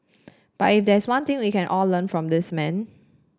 but if there's one thing we can all learn from this man